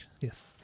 yes